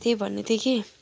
त्यही भन्नु थियो कि